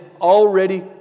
already